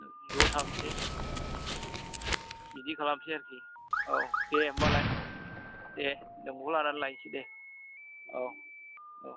ज' थांसै बिदि बिदि खालामसै आरोखि औ दे होमबालाय दे नोंखौ लानानै लायसै दे औ औ